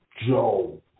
Joe